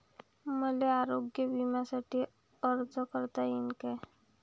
मले आरोग्य बिम्यासाठी अर्ज करता येईन का?